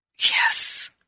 Yes